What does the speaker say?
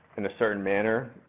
in a certain manner.